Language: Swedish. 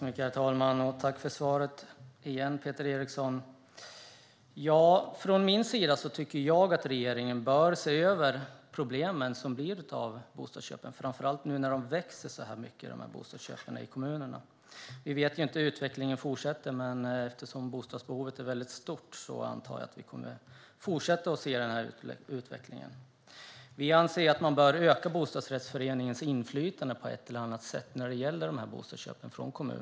Herr talman! Tack för svaret, igen, Peter Eriksson! Från min sida tycker jag att regeringen bör se över de problem som blir av bostadsköpen, framför allt nu när bostadsköpen i kommunerna växer så här mycket. Vi vet inte hur det fortsätter, men eftersom bostadsbehovet är väldigt stort antar jag att vi kommer att fortsätta att se denna utveckling. Vi anser att man bör öka bostadsrättsföreningens inflytande på ett eller annat sätt när det gäller bostadsköpen från kommunen.